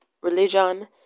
religion